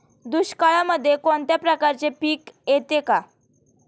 दुष्काळामध्ये कोणत्या प्रकारचे पीक येते का?